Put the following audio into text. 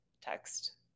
text